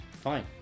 Fine